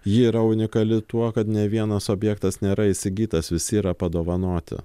ji yra unikali tuo kad ne vienas objektas nėra įsigytas visi yra padovanoti